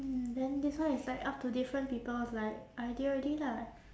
mm then this one is like up to different people's like idea already lah